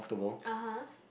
(uh huh)